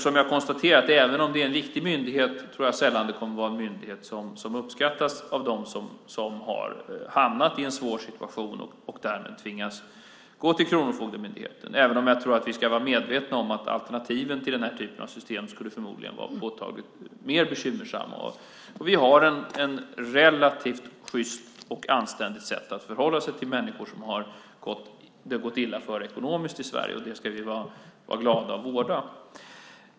Som jag konstaterade: Även om det är en viktig myndighet tror jag att det sällan kommer att vara en myndighet som uppskattas av dem som har hamnat i en svår situation och därmed tvingas att gå till Kronofogdemyndigheten, även om jag tror att vi ska vara medvetna om att alternativen till den här typen av system förmodligen skulle vara mer bekymmersamma. Vi har ett relativt sjyst och anständigt sätt i Sverige att förhålla oss till människor som det har gått illa för ekonomiskt, och det ska vi vara glada över och vårda.